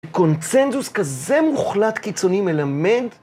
קונצנזוס כזה מוחלט קיצוני, מלמד,